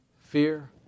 Fear